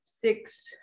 six